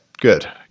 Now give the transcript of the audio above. good